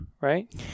right